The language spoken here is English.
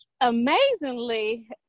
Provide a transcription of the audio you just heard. Amazingly